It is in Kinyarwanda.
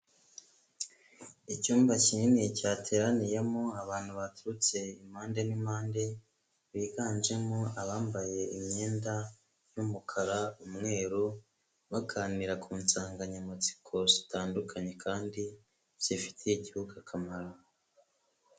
Icyumba kinini cyateraniyemo abantu baturutse impande n'impande, biganjemo abambaye imyenda y'umukara, umweru, baganira ku nsanganyamatsiko zitandukanye kandi zifitiye igihugu akamaro.